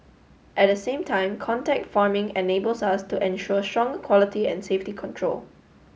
at the same time contact farming enables us to ensure stronger quality and safety control